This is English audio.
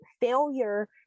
failure